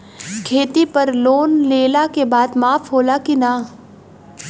खेती पर लोन लेला के बाद माफ़ होला की ना?